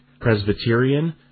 Presbyterian